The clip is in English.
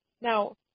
Now